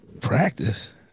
Practice